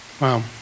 Wow